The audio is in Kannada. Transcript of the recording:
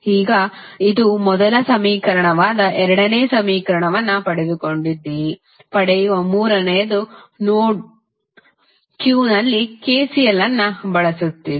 ಈಗ ಇದು ಮೊದಲ ಸಮೀಕರಣವಾದ ಎರಡನೇ ಸಮೀಕರಣವನ್ನು ಪಡೆದುಕೊಂಡಿದ್ದೀರಿ ಪಡೆಯುವ ಮೂರನೆಯದು ನೋಡ್ Q ನಲ್ಲಿ KCL ಅನ್ನು ಬಳಸುತ್ತಿದೆ